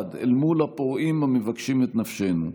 ביחד אל מול הפורעים המבקשים את נפשנו.